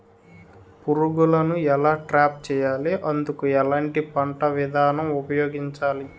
పురుగులను ఎలా ట్రాప్ చేయాలి? అందుకు ఎలాంటి పంట విధానం ఉపయోగించాలీ?